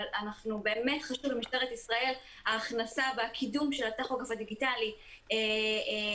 אבל באמת חשוב למשטרת ישראל ההכנסה והקידום של הטכוגרף הדיגיטלי לארץ.